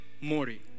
mori